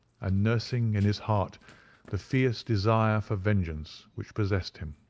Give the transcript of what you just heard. and nursing in his heart the fierce desire for vengeance which possessed him.